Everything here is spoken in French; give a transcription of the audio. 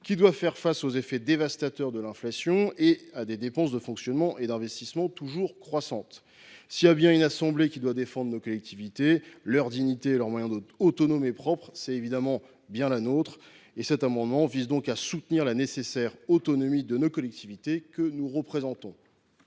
qui doivent faire face aux effets dévastateurs de l’inflation et à des dépenses de fonctionnement et d’investissement toujours croissantes. S’il y a bien une assemblée qui doit défendre nos collectivités, leur dignité et leurs moyens d’autonomie propres, c’est bien évidemment la nôtre. Cet amendement vise donc à soutenir la nécessaire autonomie des collectivités, que nous représentons.